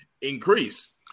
increase